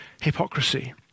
hypocrisy